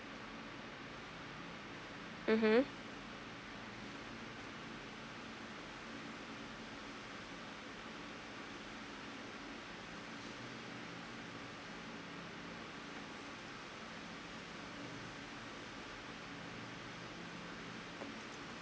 mmhmm